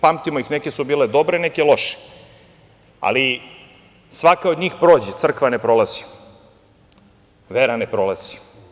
Pamtimo ih, neke su bile dobre, neke loše, ali svaka od njih prođe, a crkva ne prolazi, vera ne prolazi.